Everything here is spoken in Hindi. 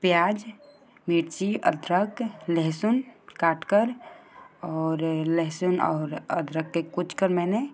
प्याज मिर्ची अदरक लहसुन काटकर और लहसुन और अदरक को कूचकर मैंने